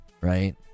right